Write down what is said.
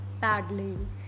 paddling